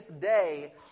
day